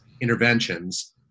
interventions